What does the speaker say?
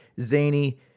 zany